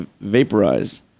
vaporized